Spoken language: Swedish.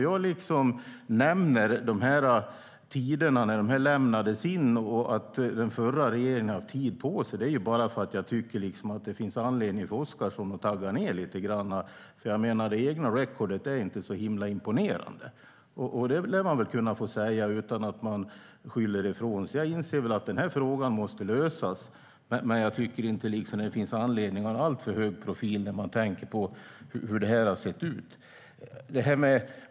Jag nämnde tiderna för inlämnande och att den förra regeringen haft tid på sig bara för att jag tycker att det finns anledning för Oscarsson att tagga ned lite. Deras eget record är inte så imponerande. Det kan man väl få säga utan att man skyller ifrån sig. Jag tycker att denna fråga måste lösas, men jag tycker inte att det finns någon anledning att ha en alltför hög profil med tanke på hur det har sett ut.